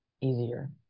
easier